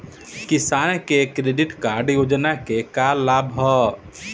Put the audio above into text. किसान credit card योजना के का का लाभ ह?